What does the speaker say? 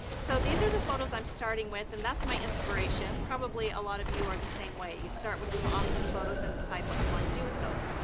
so these are the photos i'm starting with, and that's my inspiration. probably a lot of you are the same way you start with some awesome photos, and decide what you want to do with those.